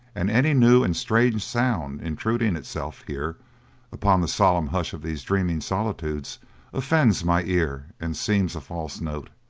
and any new and strange sound intruding itself here upon the solemn hush of these dreaming solitudes offends my ear and seems a false note.